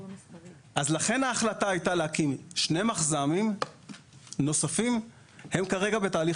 לכן ההחלטה להקים שני מחז"מים נוספים שכרגע הם בתהליך